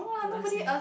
don't ask me